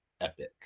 epic